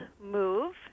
move